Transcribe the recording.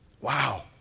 Wow